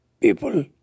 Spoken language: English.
people